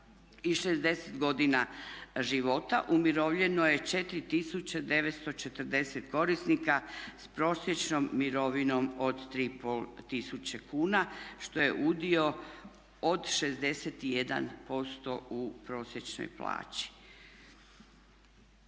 i 60 godina života. Umirovljeno je 4940 korisnika s prosječnom mirovinom od 3500 kuna, što je udio od 61% u prosječnoj plaći.